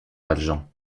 valjean